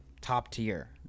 top-tier